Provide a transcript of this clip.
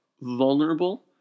vulnerable